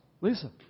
Lisa